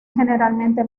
generalmente